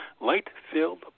light-filled